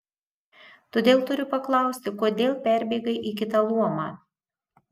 todėl turiu paklausti kodėl perbėgai į kitą luomą